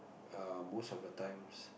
err most of the times